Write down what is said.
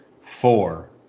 four